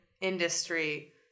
industry